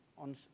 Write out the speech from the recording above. on